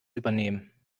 übernehmen